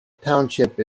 township